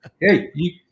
Hey